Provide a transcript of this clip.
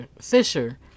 Fisher